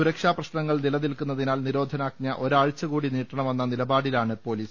സുരക്ഷാപ്രശ്നങ്ങൾ നിലനിൽക്കുന്നതിനാൽ നിരോധനാജ്ഞ ഒരാഴ്ചകൂടി നീട്ടണമെന്ന നിലപാടി ലാണ് പൊലീസ്